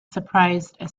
surprised